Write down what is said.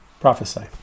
prophesy